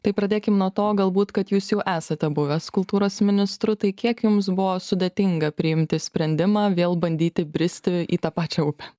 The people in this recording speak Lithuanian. tai pradėkim nuo to galbūt kad jūs jau esate buvęs kultūros ministru tai kiek jums buvo sudėtinga priimti sprendimą vėl bandyti bristi į tą pačią upę